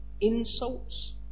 insults